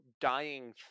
dying